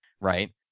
right